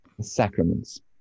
sacraments